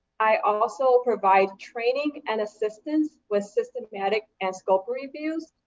i also provide training and assistance with systematic and scope reviews.